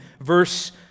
Verse